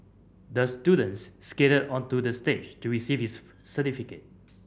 the students skated onto the stage to receive his certificate